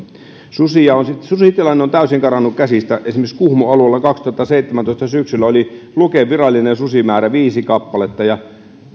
susitilanne on on täysin karannut käsistä esimerkiksi kuhmon alueella syksyllä kaksituhattaseitsemäntoista oli luken virallinen susimäärä viisi kappaletta ja